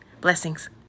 Blessings